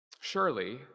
Surely